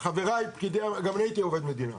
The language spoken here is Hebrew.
חבריי, גם אני הייתי עובד מדינה.